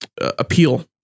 appeal